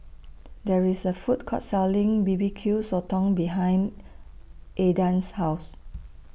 There IS A Food Court Selling B B Q Sotong behind Aidan's House